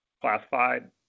classified